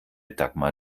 dagmar